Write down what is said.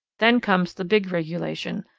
then comes the big regulation,